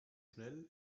schnell